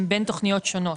הם בין תוכניות שונות.